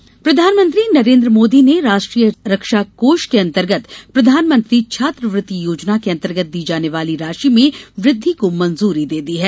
रक्षा कोष छात्रवृत्ति प्रधानमंत्री नरेन्द्र मोदी ने राष्ट्रीय रक्षा कोष के अन्तर्गत प्रधानमंत्री छात्रवृत्ति योजना के अंतर्गत दी जाने वाली राशि में वृद्धि को मंजूरी दे दी है